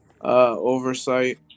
oversight